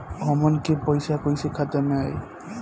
हमन के पईसा कइसे खाता में आय?